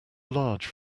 large